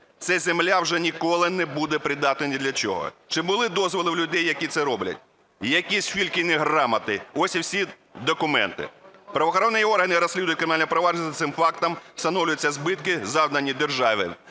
Ця земля вже ніколи не буде придатною ні для чого. Чи були дозволи в людей, які це роблять? Якісь фільчині грамоти. Ось і всі документи. Правоохоронні органи розслідують кримінальне провадження за цим фактом, встановлюються збитки, завдані державі.